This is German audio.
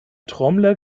trommler